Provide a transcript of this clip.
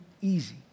easy